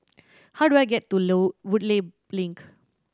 how do I get to Woodleigh Link